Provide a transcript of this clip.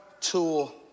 tool